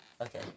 Okay